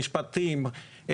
משפטים,